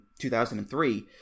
2003